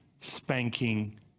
spanking